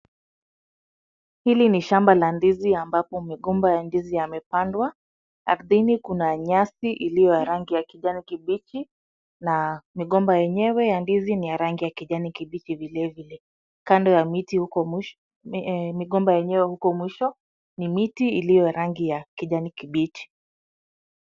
Hili ni shamba la ndizi ambapo migomba ya ndizi yamepandwa, ardhini kuna nyasi iliyo ya rangi ya kijani kibichi na migomba yenyewe ya ndizi ni ya rangi ya kijani kibichi vile vile . Kando ya miti huko mwisho, migomba yenyewe huko mwisho ni miti iliyo ya rangi ya kijani kibichi.